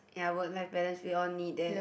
ya work life balance we all need that